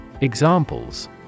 Examples